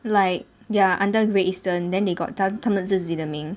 like they're under great eastern then they got done 他们自己的名